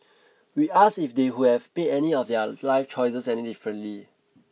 we asked if they would have made any of their life choices any differently